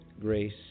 grace